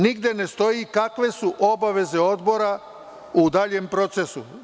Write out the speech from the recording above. Nigde ne stoji kakve su obaveze Odbora u daljem procesu.